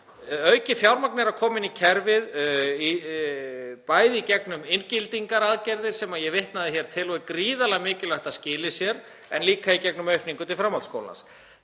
hætti. Aukið fjármagn er að koma inn í kerfið bæði í gegnum inngildingaraðgerðir sem ég vitnaði hér til og er gríðarlega mikilvægt að skili sér, en líka í gegnum aukningu til framhaldsskólans.